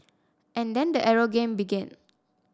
and then the arrow game began